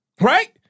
right